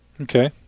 Okay